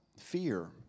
Fear